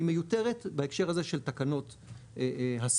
היא מיותרת בהקשר הזה של תקנות הסימון,